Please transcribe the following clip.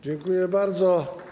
Dziękuję bardzo.